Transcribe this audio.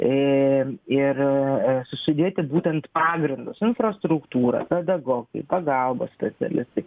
ir ir susidėti būtent pagrindus infrastruktūrą pedagogai pagalbos specialistai